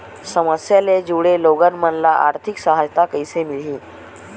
समस्या ले जुड़े लोगन मन ल आर्थिक सहायता कइसे मिलही?